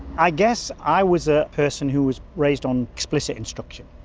i guess i was a person who was raised on explicit instruction,